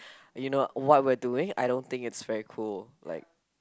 you know what we're doing I don't think it's very cool like